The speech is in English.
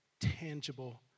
tangible